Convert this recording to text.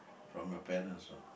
from your parent also